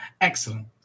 Excellent